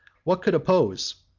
what could oppose,